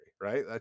right